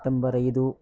September ಐದು